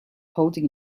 holding